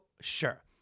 sure